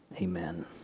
Amen